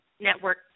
Network